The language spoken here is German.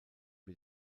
mit